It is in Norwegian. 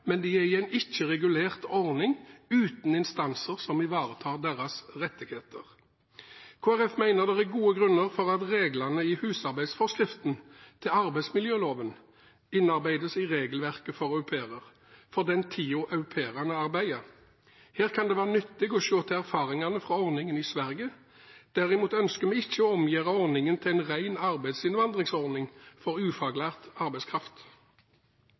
men de er i en ikke-regulert ordning uten instanser som ivaretar deres rettigheter. Kristelig Folkeparti mener det er gode grunner for at reglene i husarbeidsforskriften til arbeidsmiljøloven innarbeides i regelverket for au pairer for den tiden au pairene arbeider. Her kan det være nyttig å se til erfaringene fra ordningen i Sverige. Derimot ønsker vi ikke å omgjøre ordningen til en ren arbeidsinnvandringsordning for ufaglært arbeidskraft.